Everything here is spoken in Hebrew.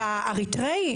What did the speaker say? אתה אריתראי?".